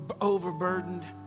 overburdened